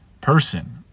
person